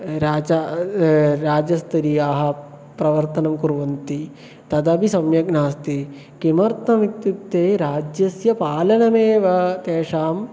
राजा राजस्तरीयाः प्रवर्तनं कुर्वन्ति तदपि सम्यक् नास्ति किमर्थम् इत्युक्ते राज्यस्य पालनमेव तेषां